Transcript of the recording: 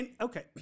okay